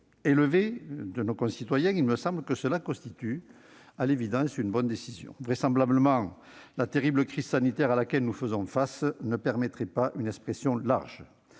élevée de nos concitoyens, ce report constitue, à l'évidence, une bonne décision. Vraisemblablement, la terrible crise sanitaire à laquelle nous faisons face ne permettrait pas une expression large.